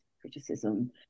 criticism